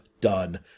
done